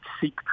seek